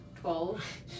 Twelve